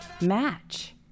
match